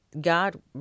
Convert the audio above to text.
God